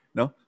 no